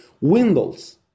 windows